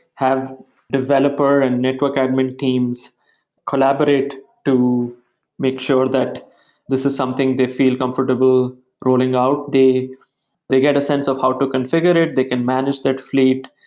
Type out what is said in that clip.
have developer and network admin teams collaborate to make sure that this is something they feel comfortable rolling out, they get a sense of how to configure it, they can manage that fleet,